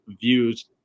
Views